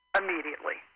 immediately